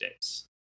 days